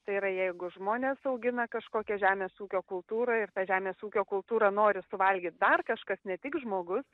tai yra jeigu žmonės augina kažkokią žemės ūkio kultūrą ir tą žemės ūkio kultūrą nori suvalgyt dar kažkas ne tik žmogus